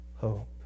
hope